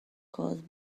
caused